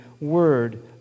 word